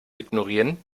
ignorieren